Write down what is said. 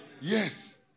Yes